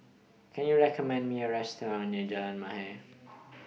Can YOU recommend Me A Restaurant near Jalan Mahir